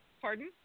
pardon